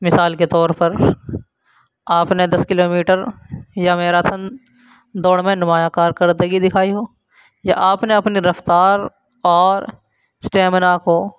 مثال کے طور پر آپ نے دس کلو میٹر یا میراتھن دوڑ میں نمایاں کارکردگی دکھائی ہو یا آپ نے اپنی رفتار اور اسٹیمنا کو